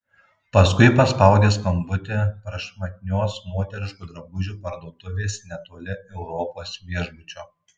paskui paspaudė skambutį prašmatnios moteriškų drabužių parduotuvės netoli europos viešbučio